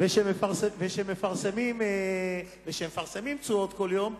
וכשמפרסמים תשואות כל יום,